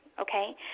Okay